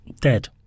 Dead